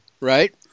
Right